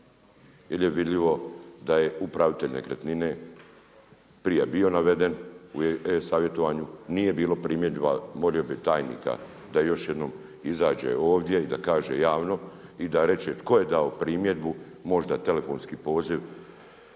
Jer je vidljivo da je upravitelj nekretnine prije bio naveden u e-savjetovanju, nije bilo primjedba, molio bih tajnika da još jednom izađe ovdje i da kaže javno i da kaže tko je dao primjedbu, možda telefonski poziv